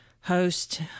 host